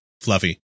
Fluffy